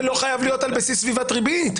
לא חייב להיות על בסיס סביבת ריבית.